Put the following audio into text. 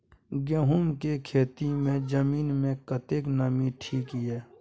गहूम के खेती मे जमीन मे कतेक नमी ठीक ये?